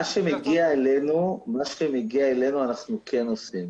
מה שמגיע אנחנו כן עושים.